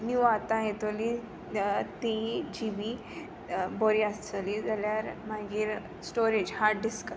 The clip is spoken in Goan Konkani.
न्यू आतां येतोली ती जीबी बरी आसतोली जाल्यार मागीर स्टोरेज हार्ड डिस्क